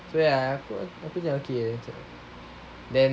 oh ya aku okay then